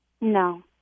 No